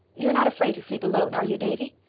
you're not afraid to sleep alone, are you, davy?